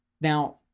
now